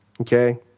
okay